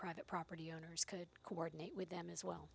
private property owners could coordinate with them as well